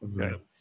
Okay